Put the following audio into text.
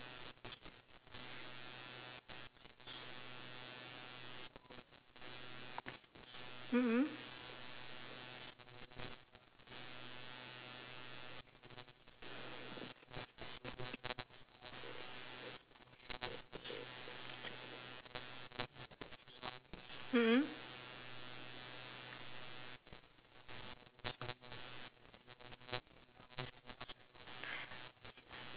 mmhmm